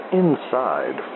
inside